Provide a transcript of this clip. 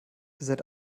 seit